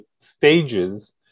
stages